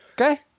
Okay